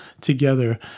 together